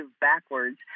backwards